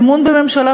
אמון בממשלה,